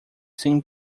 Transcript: sem